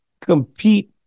compete